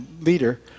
leader